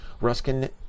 Ruskin